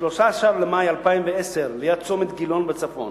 13 במאי 2010, ליד צומת גילון בצפון.